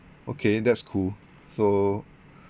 okay that's cool so